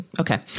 okay